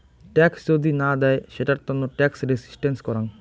tax যদি না দেয় সেটার তন্ন ট্যাক্স রেসিস্টেন্স করাং